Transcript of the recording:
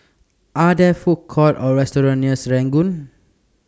Are There Food Courts Or restaurants near Serangoon